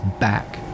back